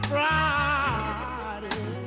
Friday